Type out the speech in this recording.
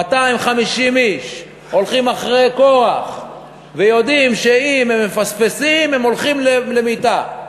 250 איש הולכים אחרי קורח ויודעים שאם הם מפספסים הם הולכים למיתה.